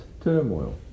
turmoil